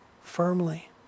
firmly